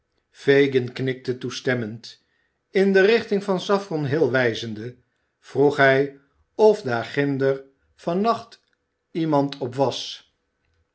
fagin knikte toestemmend in de richting van saffron hill wijzende vroeg hij of daar ginder van nacht iemand op was